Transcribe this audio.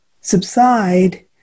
subside